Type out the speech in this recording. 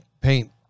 paint